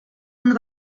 under